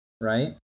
right